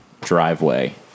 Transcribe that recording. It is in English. driveway